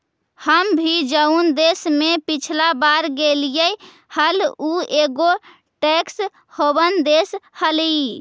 हम भी जऊन देश में पिछला बार गेलीअई हल ऊ एगो टैक्स हेवन देश हलई